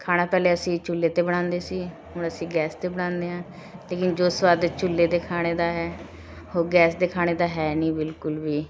ਖਾਣਾ ਪਹਿਲੇ ਅਸੀਂ ਚੁੱਲ੍ਹੇ 'ਤੇ ਬਣਾਉਂਦੇ ਸੀ ਹੁਣ ਅਸੀਂ ਗੈਸ 'ਤੇ ਬਣਾਉਂਦੇ ਹਾਂ ਲੇਕਿਨ ਜੋ ਸੁਆਦ ਚੁੱਲ੍ਹੇ ਦੇ ਖਾਣੇ ਦਾ ਹੈ ਉਹ ਗੈਸ ਦੇ ਖਾਣੇ ਦਾ ਹੈ ਨਹੀਂ ਬਿਲਕੁਲ ਵੀ